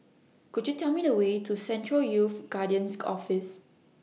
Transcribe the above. Could YOU Tell Me The Way to Central Youth Guidance Office